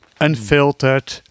unfiltered